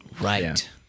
Right